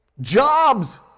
jobs